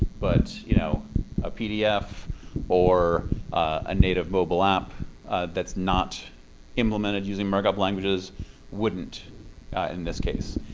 but you know a pdf or a native mobile app that's not implemented using markup languages wouldn't in this case.